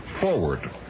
forward